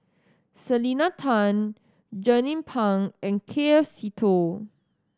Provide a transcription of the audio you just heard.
Selena Tan Jernnine Pang and K F Seetoh